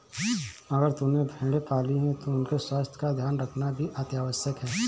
अगर तुमने भेड़ें पाली हैं तो उनके स्वास्थ्य का ध्यान रखना भी अतिआवश्यक है